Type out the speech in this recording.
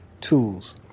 tools